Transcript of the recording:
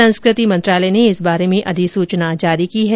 संस्कृति मंत्रालय ने इस बारे अधिसूचना जारी की है